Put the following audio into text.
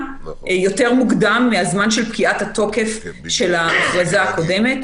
יותר מוקדם מהזמן של פקיעת התוקף של הכרזה הקודמת,